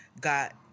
got